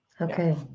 Okay